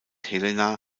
helena